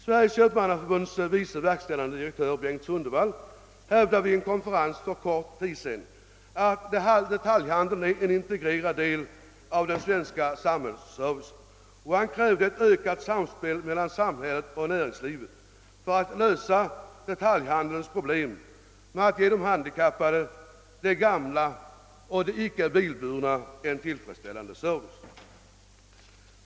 Sveriges Köpmannaförbunds vice verkställande direktör Bengt Sundewall hävdade vid en konferens för kort tid sedan att detaljhandeln är en integrerad del av den svenska samhällsservicen, och han krävde ett ökat samspel mellan samhället och näringslivet för att lösa detaljhandelns problem när det gäller att ge de handikappade, de gamla och de icke bilburna en tillfredsställande service.